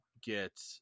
get